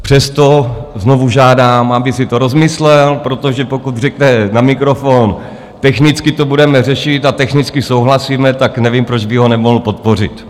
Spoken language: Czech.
Přesto znovu žádám, aby si to rozmyslel, protože pokud řekne na mikrofon: Technicky to budeme řešit a technicky souhlasíme, tak nevím, proč by ho nemohl podpořit.